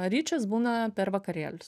ričas būna per vakarėlius